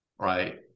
Right